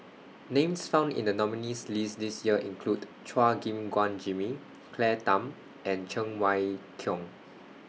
Names found in The nominees' list This Year include Chua Gim Guan Jimmy Claire Tham and Cheng Wai Keung